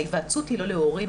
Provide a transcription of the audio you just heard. ההיוועצות היא לא להורים,